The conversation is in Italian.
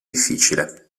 difficile